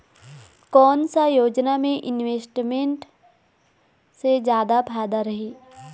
कोन सा योजना मे इन्वेस्टमेंट से जादा फायदा रही?